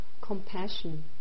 compassion